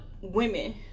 women